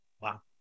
Wow